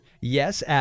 Yes